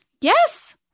Yes